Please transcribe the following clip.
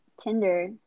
Tinder